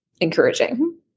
encouraging